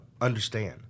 understand